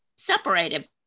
separated